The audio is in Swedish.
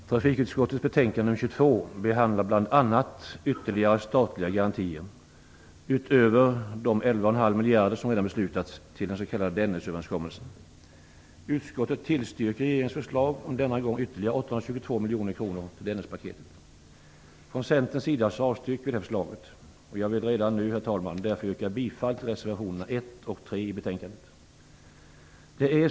Herr talman! Trafikutskottets betänkande nr 22 behandlar bl.a. ytterligare statliga garantier, utöver de 11,5 miljarder som redan beslutats, till den s.k. Dennisöverenskommelsen. Utskottet tillstyrker regeringens förslag om, denna gång, ytterligare 822 miljoner kronor till Dennispaketet. Vi i Centern avstyrker förslaget, och jag vill redan nu yrka bifall till reservationerna nr 1 och 3 i betänkandet.